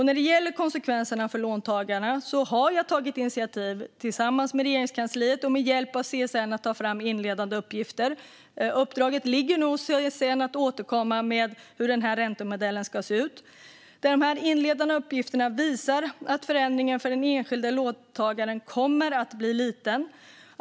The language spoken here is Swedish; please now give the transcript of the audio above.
När det gäller konsekvenserna för låntagarna har jag tillsammans med Regeringskansliet och med hjälp av CSN tagit initiativ till att ta fram inledande uppgifter. Uppdraget ligger nu hos CSN att återkomma med hur den här räntemodellen ska se ut. De inledande uppgifterna visar att förändringen för den enskilda låntagaren kommer att bli liten.